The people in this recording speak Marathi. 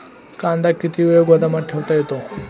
कांदा किती वेळ गोदामात ठेवता येतो?